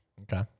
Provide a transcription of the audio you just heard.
Okay